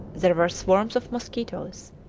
there were swarms of mosquitoes,